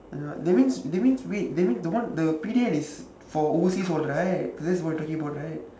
ya that means that means wait that means the one the period is for overseas one right that's what we talking about right